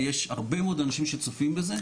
ויש הרבה מאוד אנשים שצופים בזה.